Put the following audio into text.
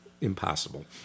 impossible